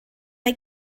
mae